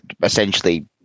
essentially